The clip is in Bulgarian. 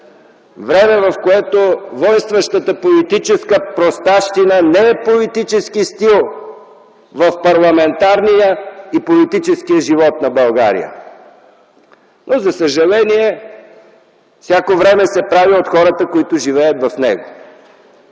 време, в което войнстващата политическа простащина не е политически стил в парламентарния и в политическия живот на България. За съжаление, всяко време се прави от хората, които живеят в него.